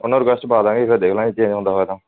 ਉਹਨਾਂ ਰਿਕਵੈਸਟ ਪਾ ਦਵਾਂਗੇ ਫਿਰ ਦੇਖ ਲਾਂਗੇ ਜੇ ਚੇਂਜ ਹੁੰਦਾ ਹੋਇਆ ਤਾਂ